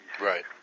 Right